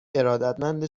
ارادتمند